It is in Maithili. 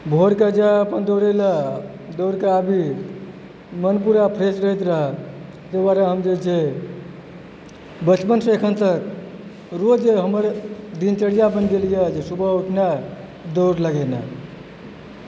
भोरके जाइ अपन दौड़े लाऽ दौड़ कऽ आबि मन पूरा फ्रेश रहैत रहे ताहि दुआरे हम जे छै बचपनसँ एखन तक रोज हमर दिनचर्या बनि गेल अछि जे सुबह उठनाइ दौड़ लगेनाइ